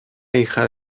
hija